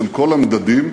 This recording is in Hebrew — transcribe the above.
בכל המדדים,